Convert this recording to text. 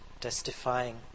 testifying